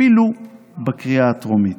אפילו בקריאה הטרומית.